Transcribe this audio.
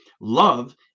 Love